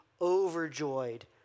overjoyed